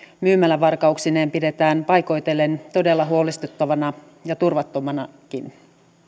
myymälävarkauksineen pidetään paikoitellen todella huolestuttavana ja turvattomanakin